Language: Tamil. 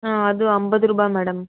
ஆ அது ஐம்பது ரூபா மேடம்